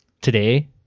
today